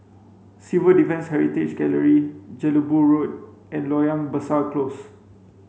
Civil Defence Heritage Gallery Jelebu Road and Loyang Besar Close